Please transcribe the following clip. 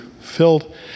filled